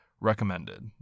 Recommended